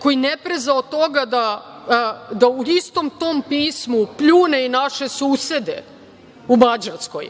koji ne preza od toga da u istom tom pismu pljune i naše susede u Mađarskoj